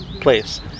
place